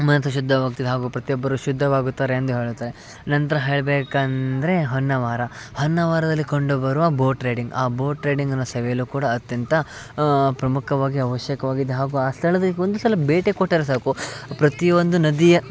ಮನಸ್ಸು ಶುದ್ಧವಾಗುತ್ತದೆ ಹಾಗು ಪ್ರತಿಯೊಬ್ಬರು ಶುದ್ಧವಾಗುತ್ತಾರೆ ಎಂದು ಹೇಳುತ್ತಾರೆ ನಂತರ ಹೇಳ್ಬೇಕಂದರೆ ಹೊನ್ನಾವರ ಹೊನ್ನಾವರದಲ್ಲಿ ಕಂಡುಬರುವ ಬೋಟ್ ರೈಡಿಂಗ್ ಆ ಬೋಟ್ ರೈಡಿಂಗ್ನ ಸವಿಯಲು ಕೂಡ ಅತ್ಯಂತ ಪ್ರಮುಖವಾಗಿ ಅವಶ್ಯಕವಾಗಿದೆ ಹಾಗು ಆ ಸ್ಥಳಕ್ಕೀಗ ಒಂದು ಸಲ ಭೇಟಿ ಕೊಟ್ಟರೆ ಸಾಕು ಪ್ರತಿಯೊಂದು ನದಿಯ